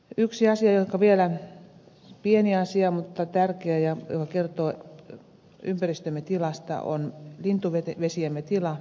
yksi asia pieni mutta tärkeä asia joka kertoo ympäristömme tilasta on lintuvesiemme tila